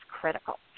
critical